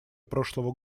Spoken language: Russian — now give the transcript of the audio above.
прошлого